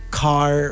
car